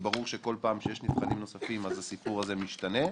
ברור שכל פעם שיש נבחנים נוספים אז הסיפור הזה משתנה.